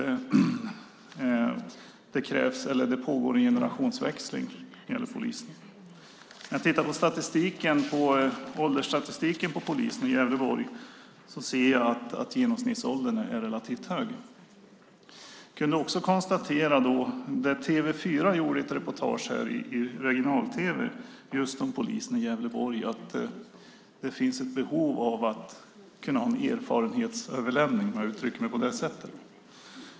Jag kan konstatera att det pågår en generationsväxling hos polisen. När jag tittar på åldersstatistiken över polisen i Gävleborg ser jag att genomsnittsåldern är relativt hög. TV 4 gjorde ett reportage i regional-tv om polisen i Gävleborg. Där kunde man konstatera att det finns ett behov av en erfarenhetsöverlämning, om jag får uttrycka mig på det sättet.